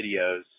videos